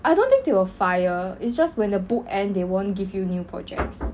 I don't think they will fire it's just when the book end they won't give you new projects